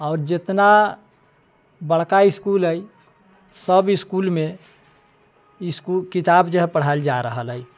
आओर जितना बड़का इसकुल अय सब इसकुल मे ई किताब जे है पढ़ायल जा रहल अय